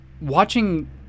Watching